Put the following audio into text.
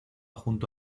junto